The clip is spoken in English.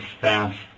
fast